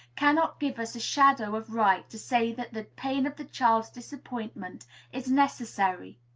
cannot give us a shadow of right to say that the pain of the child's disappointment is necessary.